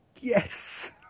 yes